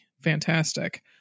fantastic